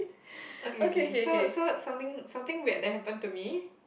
okay okay so so something something weird that happened to me